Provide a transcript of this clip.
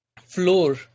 floor